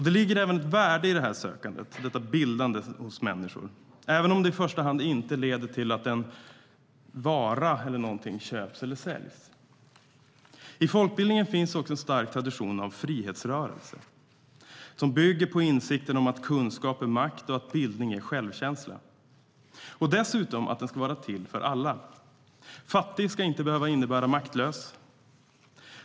Det ligger även ett värde i sökandet, i detta bildande hos människor, även om det i första hand inte leder till att en vara eller någon tjänst köps eller säljs. I folkbildningen finns också en stark tradition av frihetsrörelse som bygger på insikten om att kunskap är makt och att bildning ger självkänsla och dessutom ska vara till för alla. Fattig ska inte behöva innebära maktlös.